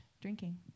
drinking